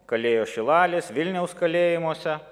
kalėjo šilalės vilniaus kalėjimuose